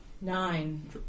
Nine